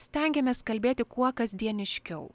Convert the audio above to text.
stengiamės kalbėti kuo kasdieniškiau